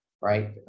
right